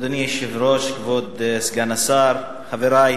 אדוני היושב-ראש, כבוד סגן השר, חברי